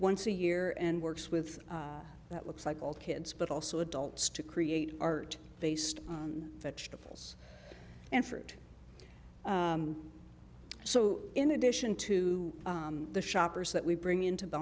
once a year and works with that looks like all kids but also adults to create art based on vegetables and fruit so in addition to the shoppers that we bring into